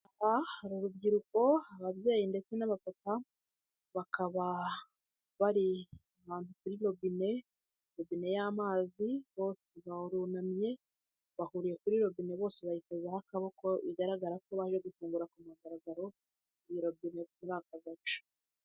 Aha hari urubyiruko ababyeyi ndetse n'abapapa bakaba bari ahantu kuri robine, robine y'amazi bose barunamye bahuriye kuri robine, bose bayishyizeho akaboko bigaragara ko baje gufungura ku mugaragaro iyi robe kuri aka gace.